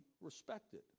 respected